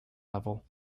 level